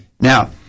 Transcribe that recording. Now